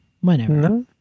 whenever